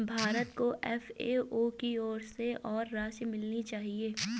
भारत को एफ.ए.ओ की ओर से और राशि मिलनी चाहिए